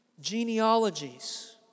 Genealogies